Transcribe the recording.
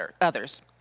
others